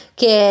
che